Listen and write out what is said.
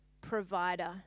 provider